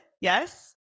yes